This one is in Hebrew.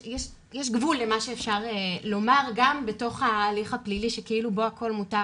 יש גבול למה שאפשר לומר גם בתוך ההליך הפלילי שכאילו בו הכול מותר.